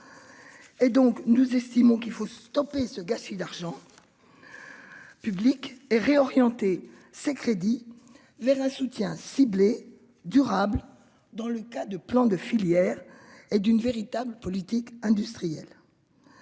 Et donc, nous estimons qu'il faut stopper ce gâchis d'argent. Public et réorienter ses crédits vers un soutien ciblé durable dans le cas de plans de filière et d'une véritable politique industrielle.